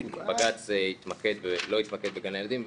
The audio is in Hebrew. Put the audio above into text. בג"ץ לא התמקד בגני הילדים,